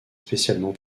spécialement